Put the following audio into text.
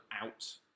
out